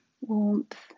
warmth